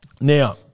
Now